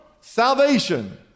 salvation